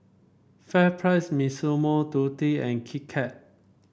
FairPrice Massimo Dutti and Kit Kat